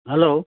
hello